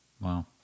Wow